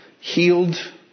healed